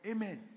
Amen